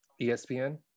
ESPN